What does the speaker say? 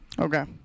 Okay